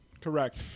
correct